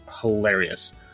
hilarious